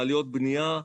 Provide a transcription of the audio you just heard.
מעליות בנייה,